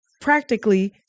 practically